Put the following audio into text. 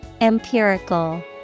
Empirical